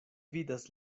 vidas